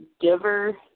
giver